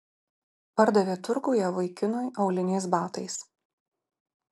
pardavė turguje vaikinui auliniais batais